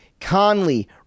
Conley